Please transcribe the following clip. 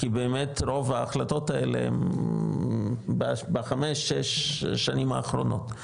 כי באמת, רוב ההחלטות האלה בחמש-שש שנים האחרונות,